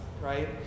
right